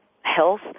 health